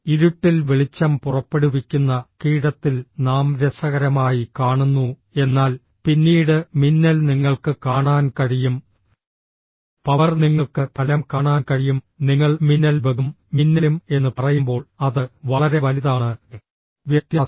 ഇരുട്ടിൽ വെളിച്ചം പുറപ്പെടുവിക്കുന്ന കീടത്തിൽ നാം രസകരമായി കാണുന്നു എന്നാൽ പിന്നീട് മിന്നൽ നിങ്ങൾക്ക് കാണാൻ കഴിയും പവർ നിങ്ങൾക്ക് ഫലം കാണാൻ കഴിയും നിങ്ങൾ മിന്നൽ ബഗും മിന്നലും എന്ന് പറയുമ്പോൾ അത് വളരെ വലുതാണ് വ്യത്യാസം